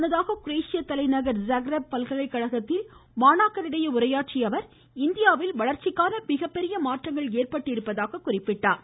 முன்னதாக குரேசியா தலைநகர் ஸக்ரேப் பல்கலைகழகத்தில் மாணவர்களிடையே உரையாற்றிய அவர் இந்தியாவில் வளர்ச்சிக்கான மிகப்பெரிய மாற்றங்கள் ஏற்பட்டுள்ளதாக குறிப்பிட்டார்